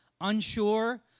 unsure